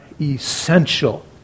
essential